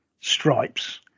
stripes